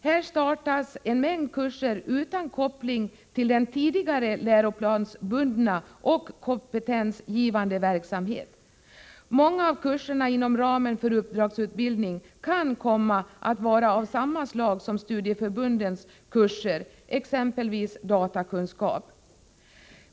Här startas en mängd kurser utan koppling till den tidigare läroplansbundna och kompetensgivande verksamheten. Många av kurserna inom ramen för uppdragsutbildning kan komma att vara av samma slag som studieförbundens kurser, exempelvis i datakunskap.